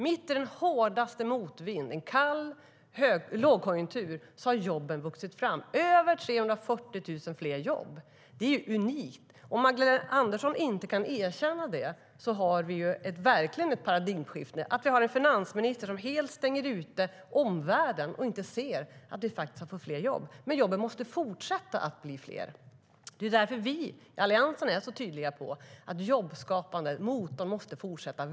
Mitt i den hårdaste motvind, i en kall lågkonjunktur, har jobben vuxit fram. Det är över 340 000 fler jobb. Det är unikt. Om Magdalena Andersson inte kan erkänna det har vi verkligen ett paradigmskifte. Då har vi en finansminister som helt stänger ute omvärlden och inte ser att vi faktiskt har fått fler jobb. Men jobben måste fortsätta att bli fler. Det är därför vi i Alliansen är så tydliga med att den jobbskapande motorn måste fortsätta.